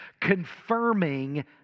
confirming